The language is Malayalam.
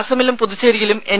അസമിലും പുതുച്ചേരിയിലും എൻ